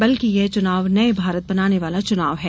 बल्कि यह चुनाव नये भारत बनाने वाला चुनाव है